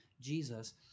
Jesus